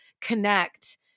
connect